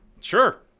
sure